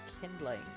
kindling